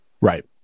right